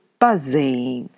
buzzing